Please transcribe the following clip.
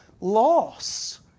loss